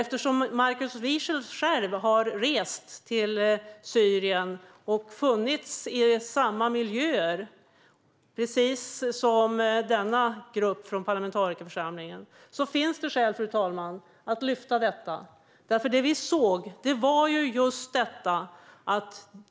Eftersom Markus Wiechel själv reste till Syrien och var i samma miljöer som gruppen från parlamentarikerförsamlingen finns det skäl, fru talman, att lyfta upp detta.